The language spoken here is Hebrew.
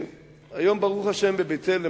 והיום ברוך השם בבית-אל יותר